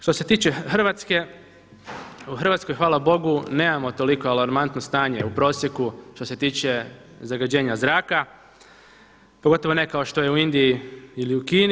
Što se tiče Hrvatske, u Hrvatskoj hvala Bogu nemamo toliko alarmantno stanje u prosjeku što se tiče zagađenja zraka, pogotovo ne kao što je u Indiji ili u Kini.